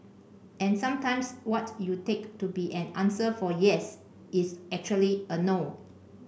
and sometimes what you take to be an answer for yes is actually a no